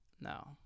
No